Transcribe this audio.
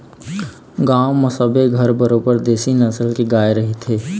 गांव म सबे घर बरोबर देशी नसल के गाय रहिथे